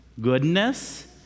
goodness